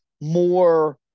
more